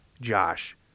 Josh